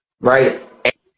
right